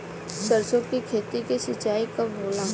सरसों की खेती के सिंचाई कब होला?